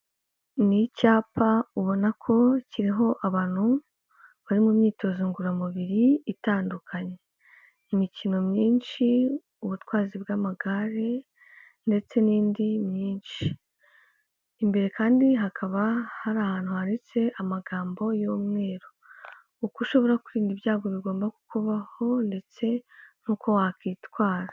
Ni icyapa ubona ko kiriho abantu bari mu myitozo ngororamubiri itandukanye. Imikino myinshi, ubutwazi bw'amagare ndetse n'indi myinshi. Imbere kandi hakaba hari ahantu handitse amagambo y'umweru. Uko ushobora kwirinda ibyago bigomba kukubaho ndetse n'uko wakwitwara.